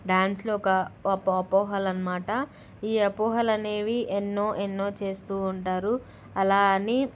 డ్యాన్స్లో ఒక అపోహలు అన్నమాట ఈ అపోహలు అనేవి ఎన్నో ఎన్నో చేస్తూ ఉంటారు అలా అని